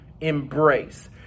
embrace